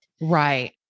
Right